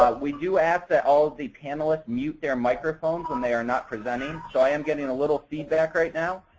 ah we do ask that all the panelists mute their microphone when they are not presenting. so i am getting a little feedback right now,